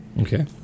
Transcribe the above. Okay